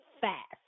fast